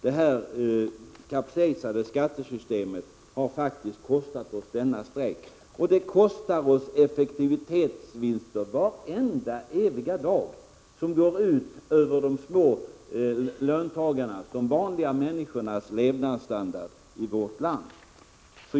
Detta kapsejsade skattesystem har faktiskt kostat oss den här strejken. Och det kostar oss uteblivna effektivitetsvinster vareviga dag, effektivitetsförluster som går ut över de små löntagarna, de vanliga människornas levnadsstandard i vårt land.